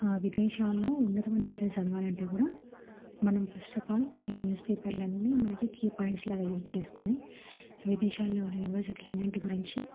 విదేశాల్లో ఉన్నతమైన విద్యలు చదవాలంటే కూడా మనం ఫస్ట్ అఫ్ ఆల్ ఈ న్యూస్ పేపర్లన్నీ మనకి కీ పాయింట్స్లాగా యూజ్ చేసుకొని విదేశాల్లోని యూనివర్సిటీలు అన్నింటి గురించి